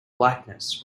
blackness